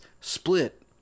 Split